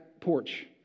porch